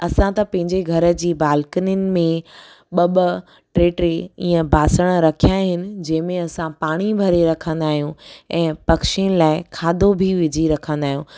असां त पंहिंजे घर जी बालकनियुनि में ॿ ॿ टे टे इअं बासणु रखिया आहिनि जंहिं में असां पाणी भरे रखंदा आहियूं ऐं पक्षियुनि लाइ खाधो बि विझी रखंदा आहियूं